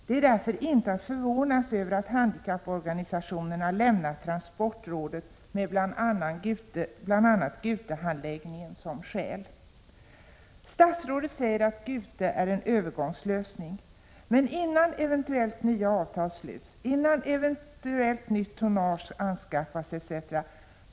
Det är därför inte att förvånas över att handikapporganisationerna lämnat transportrådet med bl.a. Gutehandläggningen som skäl. Statsrådet säger att Gute är en övergångslösning. Men innan eventuellt nya avtal sluts och eventuellt nytt tonnage anskaffas etc.